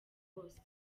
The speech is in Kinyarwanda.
bose